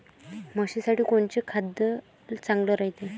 म्हशीसाठी कोनचे खाद्य चांगलं रायते?